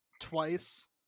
twice